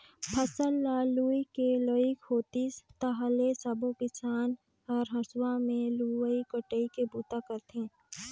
फसल ल लूए के लइक होतिस ताहाँले सबो किसान हर हंसुआ में लुवई कटई के बूता करथे